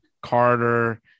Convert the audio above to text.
Carter